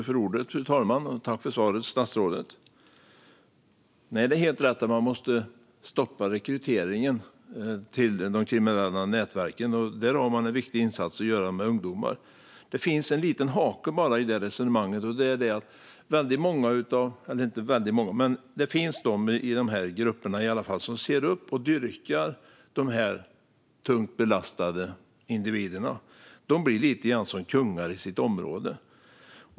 Fru talman! Tack för svaret, statsrådet! Det är helt rätt att man måste stoppa rekryteringen till de kriminella nätverken. Där har man en viktig insats att göra med ungdomar. Det finns dock en liten hake i det resonemanget, och det är att det finns de i de här grupperna som ser upp till och dyrkar de tungt belastade individerna som blir lite grann som kungar i sitt område.